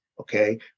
Okay